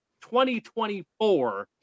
2024